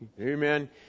Amen